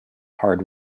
hard